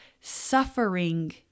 suffering